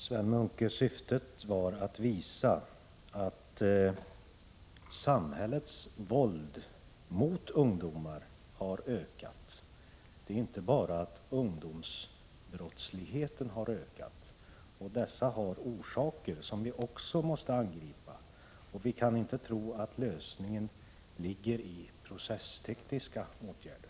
Herr talman! Syftet, Sven Munke, var att visa att samhällets våld mot ungdomar har ökat. Det är inte bara så att ungdomsbrottsligheten har ökat. Denna har orsaker som vi också måste angripa, och vi kan inte tro att lösningen ligger i processtekniska åtgärder.